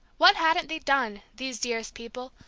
what hadn't they done, these dearest people,